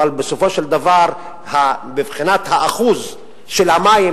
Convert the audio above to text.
היו"ר ראובן